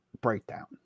breakdown